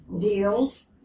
deals